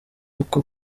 uko